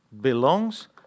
belongs